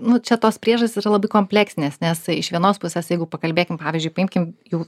nu čia tos priežastys yra labai kompleksinės nes iš vienos pusės jeigu pakalbėkim pavyzdžiui paimkim jų